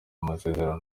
amasezerano